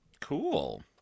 Cool